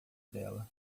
dela